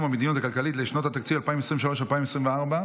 המדיניות הכלכלית לשנות התקציב 2023 ו-2024),